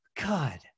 God